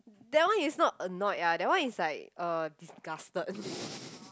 that one is not annoyed ah that one is like uh disgusted